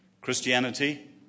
Christianity